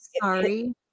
sorry